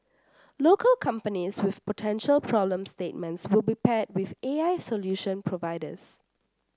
local companies with potential problem statements will be paired with A I solution providers